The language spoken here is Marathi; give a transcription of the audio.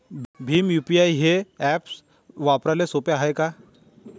भीम यू.पी.आय हे ॲप वापराले सोपे हाय का?